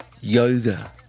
yoga